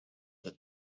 that